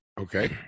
okay